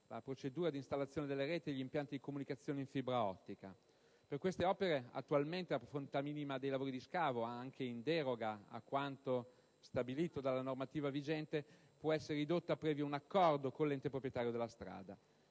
le procedure di installazione delle reti e degli impianti di comunicazione in fibra ottica. Per tali opere, attualmente, la profondità minima dei lavori di scavo, anche in deroga a quanto stabilito dalla normativa vigente, può essere ridotta previo accordo con l'ente proprietario della strada.